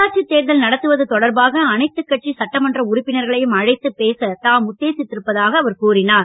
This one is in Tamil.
உள்ளாட்சி தேர்தல் நடத்துவது தொடர்பாக அனைத்து கட்சி சட்டமன்ற உறுப்பினர்களையும் அழைத்து பேச தாம் உத்தேசித்திருப்பதாக அவர் கூறினார்